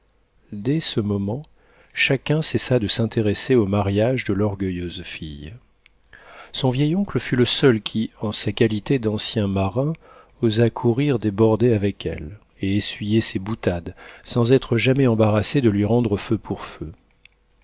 dès ce moment chacun cessa de s'intéresser au mariage de l'orgueilleuse fille son vieil oncle fut le seul qui en sa qualité d'ancien marin osât courir des bordées avec elle et essuyer ses boutades sans être jamais embarrassé de lui rendre feu pour feu